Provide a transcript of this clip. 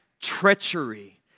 treachery